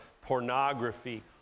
pornography